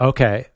Okay